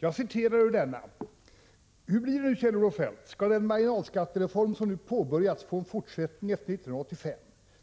Jag citerar ur denna: ”Hur blir det nu Kjell-Olof Feldt — ska den marginalskattereform, som nu påbörjats få en fortsättning efter 1985?